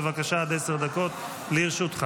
בבקשה, עד עשר דקות לרשותך.